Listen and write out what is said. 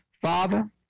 Father